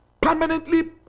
permanently